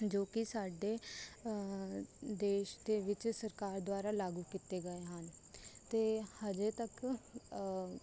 ਜੋ ਕਿ ਸਾਡੇ ਦੇਸ਼ ਦੇ ਵਿੱਚ ਸਰਕਾਰ ਦੁਆਰਾ ਲਾਗੂ ਕੀਤੇ ਗਏ ਹਨ ਅਤੇ ਹਜੇ ਤੱਕ